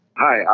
Hi